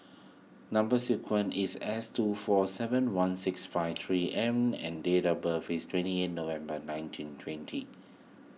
Number Sequence is S two four seven one six five three M and date of birth is twenty November nineteen twenty